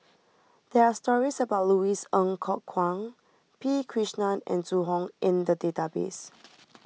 there are stories about Louis Ng Kok Kwang P Krishnan and Zhu Hong in the database